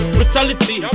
Brutality